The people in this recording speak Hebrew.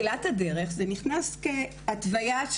ובאמת בישראל מ-2008 אנחנו מקפיאים ביציות שוב,